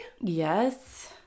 Yes